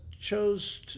chose